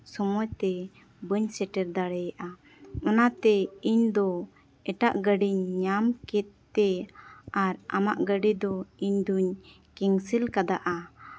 ᱥᱚᱢᱚᱭ ᱛᱮ ᱵᱟᱹᱧ ᱥᱮᱴᱮᱨ ᱫᱟᱲᱮᱭᱟᱜᱼᱟ ᱚᱱᱟᱛᱮ ᱤᱧᱫᱚ ᱮᱴᱟᱜ ᱜᱟᱹᱰᱤᱧ ᱧᱟᱢ ᱠᱮᱫ ᱛᱮ ᱟᱨ ᱟᱢᱟᱜ ᱜᱟᱹᱰᱤ ᱫᱚ ᱤᱧ ᱫᱩᱧ ᱠᱮᱱᱥᱮᱞ ᱠᱟᱫᱟ